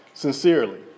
sincerely